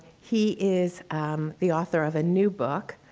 he is the author of a new book